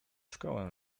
szkołę